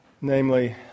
Namely